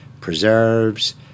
preserves